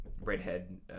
redhead